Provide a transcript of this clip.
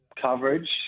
coverage